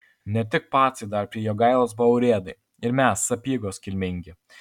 ne tik pacai dar prie jogailos buvo urėdai ir mes sapiegos kilmingi